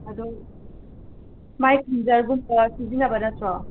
ꯑꯗꯣ ꯃꯥꯏ ꯀ꯭ꯂꯤꯟꯖꯔꯒꯨꯝꯕ ꯁꯤꯖꯤꯟꯅꯕ ꯅꯠꯇ꯭ꯔꯣ